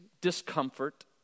discomfort